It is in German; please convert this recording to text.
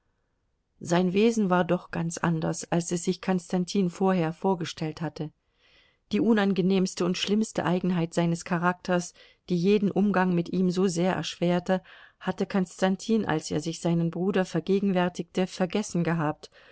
sein wesen war doch ganz anders als es sich konstantin vorher vorgestellt hatte die unangenehmste und schlimmste eigenheit seines charakters die jeden umgang mit ihm so sehr erschwerte hatte konstantin als er sich seinen bruder vergegenwärtigte vergessen gehabt